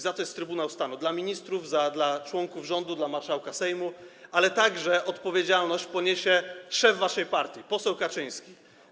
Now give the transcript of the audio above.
Za to jest Trybunał Stanu dla ministrów, dla członków rządu, dla marszałka Sejmu, ale odpowiedzialność poniesie także szef waszej partii poseł Kaczyński.